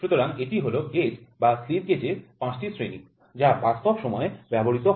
সুতরাং এই হল গেজ বা স্লিপ গেজ এর ৫টি শ্রেণি যা বাস্তব সময়ে ব্যবহৃত হয়